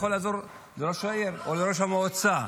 הוא יכול לעזור לראש העיר או לראש המועצה.